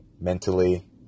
mentally